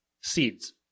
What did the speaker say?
seeds